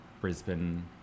Brisbane